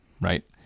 right